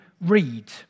read